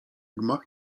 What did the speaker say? gmach